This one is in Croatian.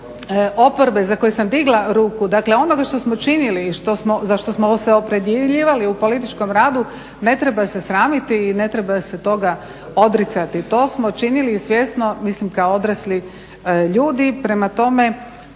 oporbe za koji sam digla ruku. Dakle, onoga što smo činili i za što smo se opredjeljivali u političkom radu ne treba se sramiti i ne treba se toga odricati. To smo činili i svjesno, mislim kao odrasli ljudi. Prema tome,